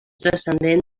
descendent